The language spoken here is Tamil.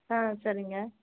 ஆ சரிங்க